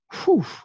Whew